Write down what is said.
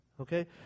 Okay